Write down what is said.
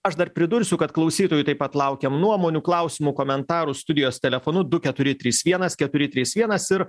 aš dar pridursiu kad klausytojų taip pat laukiam nuomonių klausimų komentarų studijos telefonu du keturi trys vienas keturi trys vienas ir